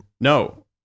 No